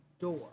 Door